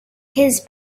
his